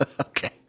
Okay